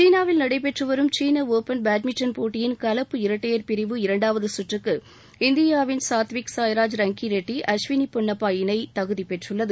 சீனாவில் நடைபெற்று வரும் சீன ஓப்பன் பேட்மிண்டன் போட்டியில் கலப்பு இரட்டையர் பிரிவு இரண்டாவது கற்றுக்கு இந்தியாவின் சாத்விக் சாய்ராஜ் ரங்கி ரெட்டி அஸ்வினி பொன்னப்பா இணை தகுதி பெற்றுள்ளது